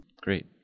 Great